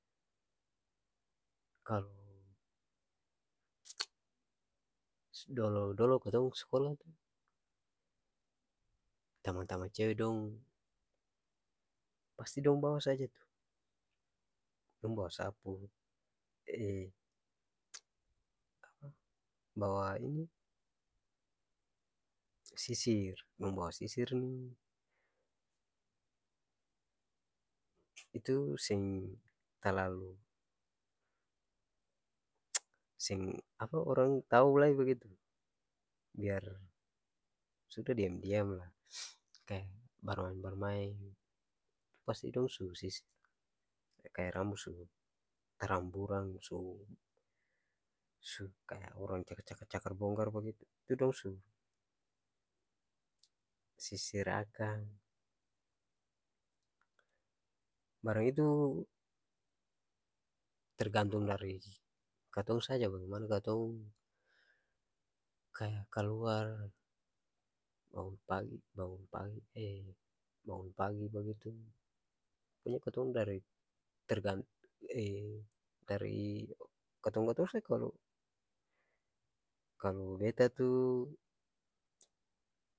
Kalo dolo-dolo katong s'kola tu tamang-tamang cewe dong pasti dong bawa saja tu dong bawa sapu bawa ini sisir dong bawa sisir ni itu seng talalu orang tau lai bagitu biar suda diam-diam la kaya barmaeng-barmaeng pasti dong sisir kaya rambu su taramburang su su-kaya orang cakar cakar-cakar bongkar bagitu tu dong su sisir akang barang itu tergantung dari katong saja bagemana katong kaya kaluar bangong pagi bangong pagi bangong pagi bagitu ko nya katong dari tergan dari katong-katong sa kalo kalo beta tu.